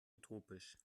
utopisch